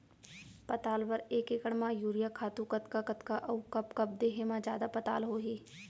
पताल बर एक एकड़ म यूरिया खातू कतका कतका अऊ कब कब देहे म जादा पताल होही?